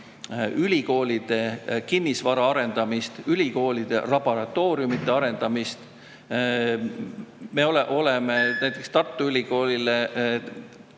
ülikoolide kinnisvara arendamist, ülikoolide laboratooriumide arendamist. Me oleme näiteks Tartu Ülikoolile